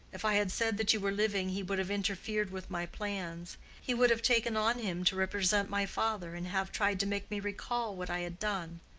if i had said that you were living, he would have interfered with my plans he would have taken on him to represent my father, and have tried to make me recall what i had done.